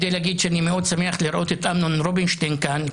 האמת היא שבאתי כדי להגיד שאני מאוד שמח לראות את אמנון רובינשטיין כאן.